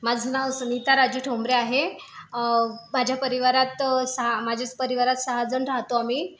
माझं नाव सुनिता राजू ठोंबरे आहे माझ्या परिवारात सहा माझे परिवारात सहा जण राहतो आम्ही